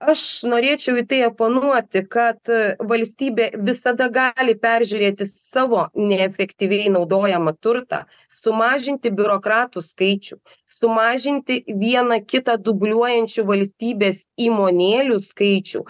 aš norėčiau į tai oponuoti kad valstybė visada gali peržiūrėti savo neefektyviai naudojamą turtą sumažinti biurokratų skaičių sumažinti vieną kitą dubliuojančių valstybės įmonėlių skaičių